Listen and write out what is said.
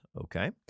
Okay